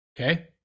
Okay